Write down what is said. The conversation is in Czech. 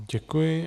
Děkuji.